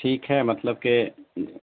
ٹھیک ہے مطلب کہ